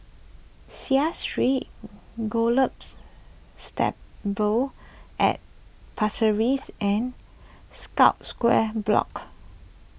Seah Street Gallops Stables at Pasir Ris and Scotts Square Block